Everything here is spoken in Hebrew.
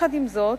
עם זאת,